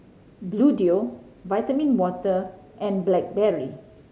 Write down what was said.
Bluedio Vitamin Water and Blackberry